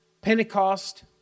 Pentecost